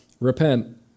Repent